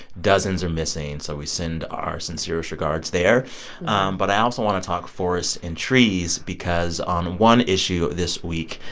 dozens are missing. so we send our sincerest regards there but i also want to talk forests and trees because on one issue this week,